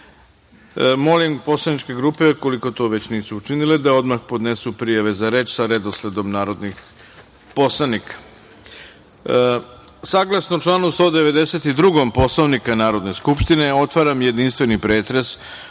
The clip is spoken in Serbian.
grupe. Molim poslaničke grupe, koliko to već nisu učinile, da odmah podnesu prijave za reč sa redosledom narodnih poslanika. Saglasno članu 192. Poslovnika Narodne skupštine, otvaram jedinstveni pretres